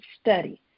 study